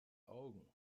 augen